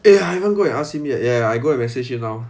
I haven't go and ask him yet ya I go and message him now